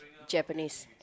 Japanese